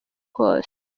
kose